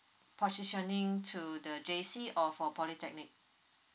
positioning to the J_C or for polytechnic